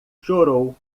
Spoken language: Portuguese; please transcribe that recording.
chorou